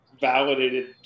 validated